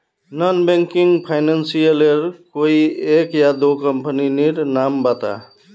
Non banking financial लेर कोई एक या दो कंपनी नीर नाम बता?